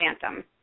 phantom